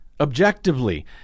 Objectively